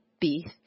beef